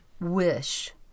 wish